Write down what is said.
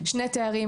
שני תארים,